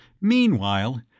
Meanwhile